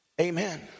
Amen